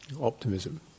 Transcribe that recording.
optimism